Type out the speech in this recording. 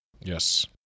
Yes